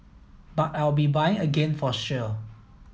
but I'll be buying again for sure